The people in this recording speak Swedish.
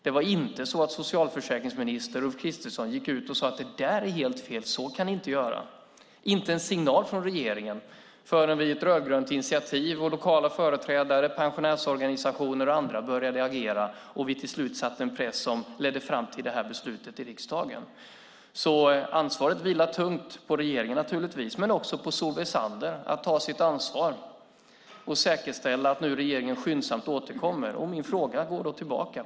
Det var inte så att socialförsäkringsminister Ulf Kristersson gick ut och sade att det är helt fel, så kan ni inte göra. Det var inte en signal från regeringen förrän vi rödgröna tog initiativ och lokala företrädare, pensionärsorganisationer och andra började agera. Till slut satte vi en press som ledde fram till ett beslut i riksdagen. Ansvaret vilar tungt på regeringen naturligtvis men också på Solveig Zander. Hon har ett ansvar att säkerställa att regeringen nu skyndsamt återkommer.